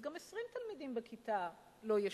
אז גם 20 תלמידים בכיתה לא ישנו.